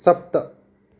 सप्त